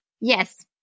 Yes